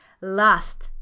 last